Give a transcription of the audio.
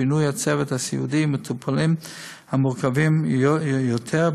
ופינוי הצוות הסיעודי למטופלים המורכבים יותר,